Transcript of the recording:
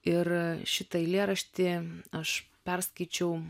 ir šitą eilėraštį aš perskaičiau